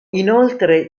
inoltre